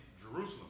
Jerusalem